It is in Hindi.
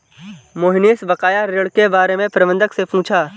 मोहनीश बकाया ऋण के बारे में प्रबंधक से पूछा